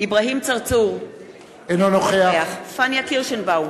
אברהים צרצור, אינו נוכח פניה קירשנבאום,